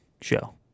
show